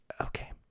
Okay